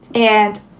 and,